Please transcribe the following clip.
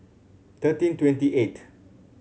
thirteen twenty eighth